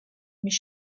ომის